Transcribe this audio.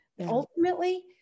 Ultimately